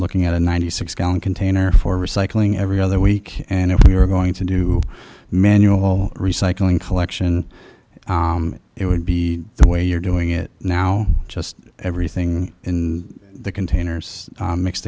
looking at a ninety six gallon container for recycling every other week and if we were going to do menu of all recycling collection it would be the way you're doing it now just everything in the containers mix